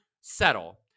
settle